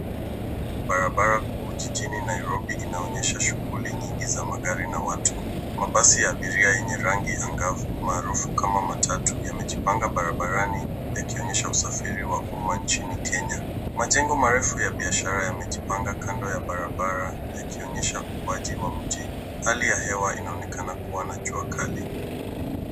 Barabara kuu jijini Nairobi yenye shughuli nyingi ya magari na watu. Mabasi ya abiria yenye rangi angavu maarufu kama matatu yamejipanga barabarani yakionyesha uasfiri wa umma hapa nchini kenya. Majengo marefu ya biashara yamejipanga kando ya barabara yakionyesha ukuwaji wa mji. Hali ya hewa inaonekana kuwa na jua kali.